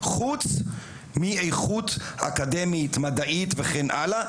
חוץ מאיכות אקדמית, מדעית וכן הלאה.